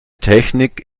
technik